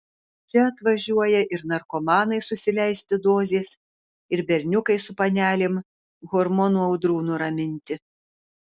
čia atvažiuoja ir narkomanai susileisti dozės ir berniukai su panelėm hormonų audrų nuraminti